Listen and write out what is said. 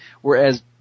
whereas